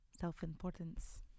self-importance